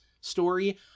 story